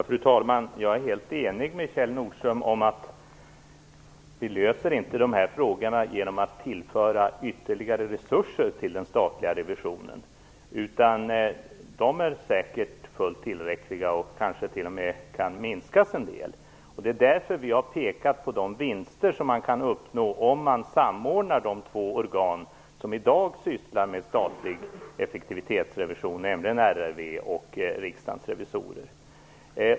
Fru talman! Jag är helt överens med Kjell Nordström om att vi inte löser frågorna genom att tillföra ytterligare resurser till den statliga revisionen. De är säkert fullt tillräckliga, de kanske t.o.m. kan minskas en del. Därför har vi pekat på de vinster som kan uppnås om man samordnar de två organ som i dag sysslar med statlig effektivitetsrevision, nämligen RRV och Riksdagens revisorer.